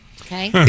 okay